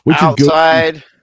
outside